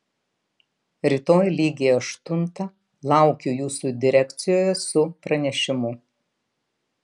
rytoj lygiai aštuntą laukiu jūsų direkcijoje su pranešimu